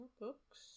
books